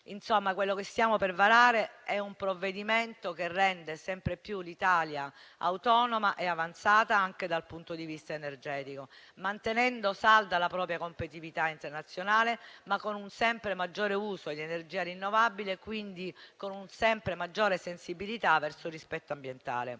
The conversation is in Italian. Insomma, quello che stiamo per varare è un provvedimento che rende l'Italia sempre più autonoma e avanzata anche dal punto di vista energetico, mantenendo salda la propria competitività internazionale, ma con un sempre maggiore uso di energia rinnovabile e, quindi, con una sempre maggiore sensibilità verso il rispetto dell'ambiente.